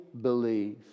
believe